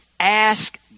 Ask